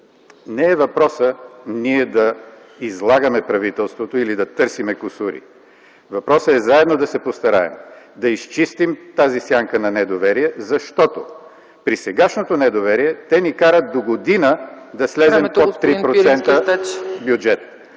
Не е въпросът ние да излагаме правителството или да търсим кусури. Въпросът е заедно да се постараем да изчистим тази сянка на недоверие, защото при сегашното недоверие те ни карат догодина да слезем под 3% бюджет.